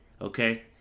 Okay